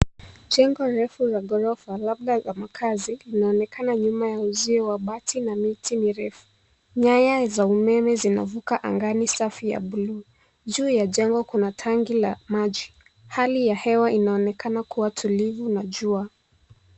Jengo refu la ghorofa labda la makazi linaonekana nyuma ya uzio wa mabati na miti mirefu nyaya za umeme zinavuka angani safi ya buluu juu ya jengo kuna tanki la maji hali ya hewa inaonekana kuwa tulivu na jua